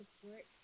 support